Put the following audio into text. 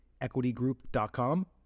EquityGroup.com